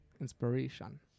Inspiration